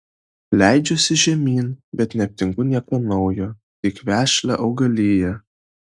leidžiuosi žemyn bet neaptinku nieko naujo tik vešlią augaliją